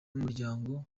n’umuryango